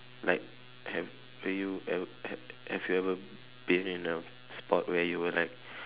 like have you ev~ ha~ have you ever been in a spot where you were like